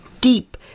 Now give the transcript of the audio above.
deep